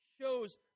shows